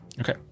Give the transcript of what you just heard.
Okay